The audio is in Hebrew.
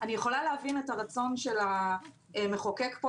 אני יכולה להבין את הרצון של המחוקק פה